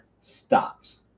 stops